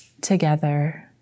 together